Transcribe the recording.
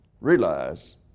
realize